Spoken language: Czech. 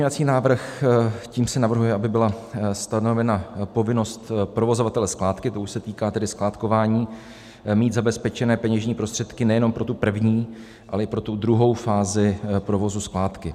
Další pozměňovací návrh, tím se navrhuje, aby byla stanovena povinnost provozovatele skládky, to už se týká skládkování, mít zabezpečené peněžní prostředky nejenom pro tu první, ale i pro druhou fázi provozu skládky.